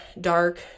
dark